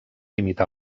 imitar